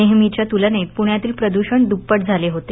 नेहमीच्या तुलनेत पुण्यातील प्रदूषण दुप्पट झाले होते